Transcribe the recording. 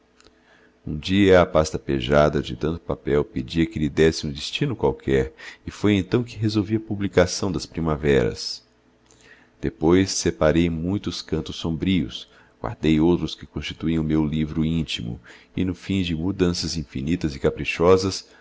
um dia a pasta pejada de tanto papel pedia que lhe desse um destino qualquer e foi então que resolvi a publicação das primaveras depois separei muitos cantos sombrios guardei outros que constituem o meu livro íntimo e no fim de mudanças infinitas e caprichosas